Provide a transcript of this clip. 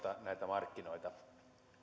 näitä markkinoita